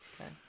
okay